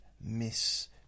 miss